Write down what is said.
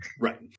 Right